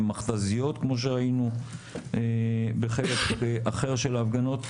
מכת"זיות כמו שראינו בחלק אחר של ההפגנות,